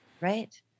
right